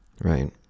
Right